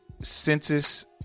census